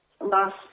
last